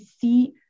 see